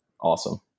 awesome